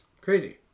Crazy